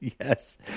yes